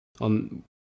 on